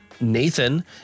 Nathan